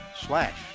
slash